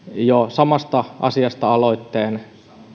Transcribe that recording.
samasta asiasta aloitteen